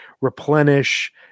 replenish